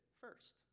first